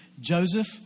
Joseph